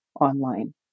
online